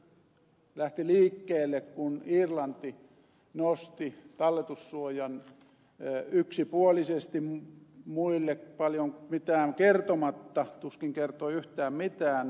tämä järjestelmä lähti liikkeelle kun irlanti nosti talletussuojan yksipuolisesti muille paljon mitään kertomatta tuskin kertoi yhtään mitään